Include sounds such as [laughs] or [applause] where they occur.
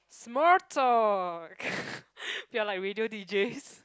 small talk [laughs] we are like radio D_Js